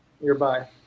nearby